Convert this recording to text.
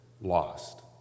lost